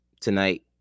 tonight